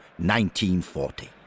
1940